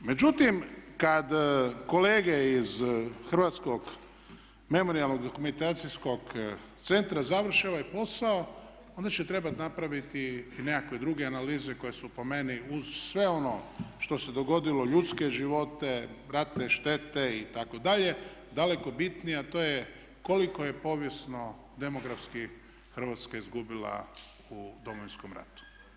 Međutim, kad kolege iz Hrvatskog memorijalno-dokumentacijskog centra završe ovaj posao onda će trebati napraviti i nekakve druge analize koje su po meni uz sve ono što se dogodilo, ljudske živote, ratne štete itd., daleko bitnije a to je koliko je povijesno demografski Hrvatska izgubila u Domovinskom ratu.